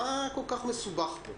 מה כל כך מסובך פה?